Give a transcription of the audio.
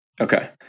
Okay